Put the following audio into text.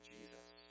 Jesus